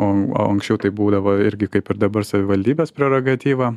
o anksčiau tai būdavo irgi kaip ir dabar savivaldybės prerogatyva